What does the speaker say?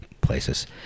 places